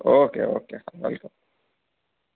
okay okay welcome